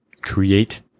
create